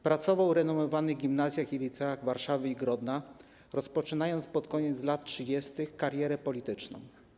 Pracował w renomowanych gimnazjach i liceach w Warszawie i Grodnie, rozpoczynając pod koniec lat 30. karierę polityczną.